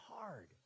hard